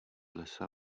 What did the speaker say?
lesa